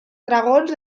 dragons